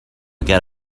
get